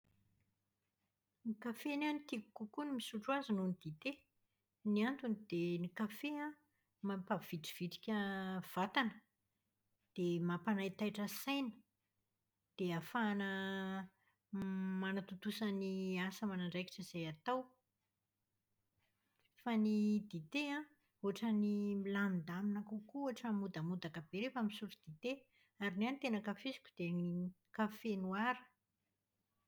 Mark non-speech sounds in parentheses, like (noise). Ny kafe ny ahy no tiako kokoa ny misotro azy noho ny dite. Ny antony dia ny kafe an, mampavitrivitrika vatana dia mampanaitaitra saina, dia ahafahana (hesitation) manatontosa ny (hesitation) asa aman'andraikitra izay atao. Fa ny dite an, ohatran'ny milamindamina kokoa, ohatran'ny modamodaka be rehefa misotro dite. Ary ny ahy ny ten ankafiziko dia ny kafe noara.